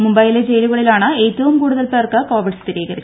മുംബെയിലെ ജയിലുകളിലാണ് ഏറ്റവും കൂടുതൽ പേർക്ക് കോവിഡ് സ്ഥിരീകരിച്ചത്